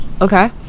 okay